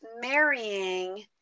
marrying